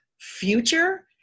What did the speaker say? future